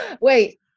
wait